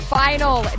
final